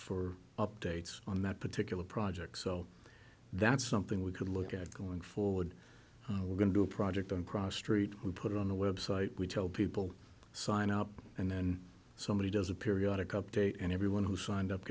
for updates on that particular project so that's something we could look at going forward we're going to do a project on prostrate we put it on the website we tell people sign up and then somebody does a periodic update and everyone who signed up